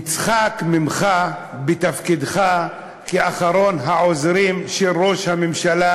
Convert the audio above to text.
נצחק ממך בתפקידך כאחרון העוזרים של ראש הממשלה,